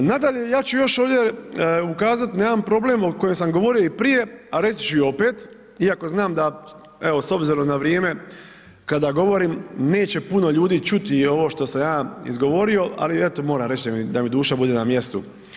Nadalje, ja ću još ovdje ukazati na jedan problem o kojem sam govorio i prije, a reći ću i opet, iako znam da s obzirom na vrijeme kada govorim neće puno ljudi čuti ovo što sam ja izgovorio, ali eto moram reći da mi duša bude na mjestu.